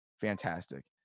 fantastic